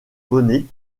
bonnet